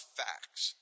facts